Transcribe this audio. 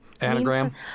Anagram